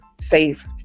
safe